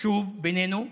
שוב בינינו,